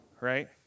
right